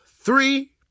three